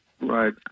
Right